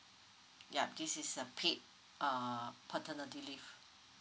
yup this is a paid uh paternity leave